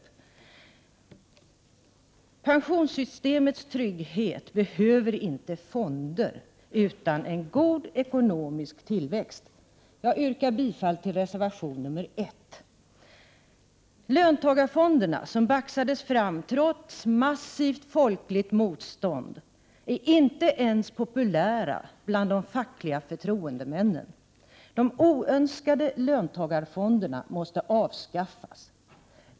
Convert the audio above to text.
När det gäller pensionssystemets trygghet behövs det inte fonder, utan vad som behövs är en god ekonomisk tillväxt. Jag yrkar bifall till reservation 1. Löntagarfonderna, som baxades fram trots massivt folkligt motstånd, är inte ens populära bland de fackliga förtroendemännen. De oönskade löntagarfonderna måste avskaffas.